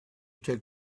took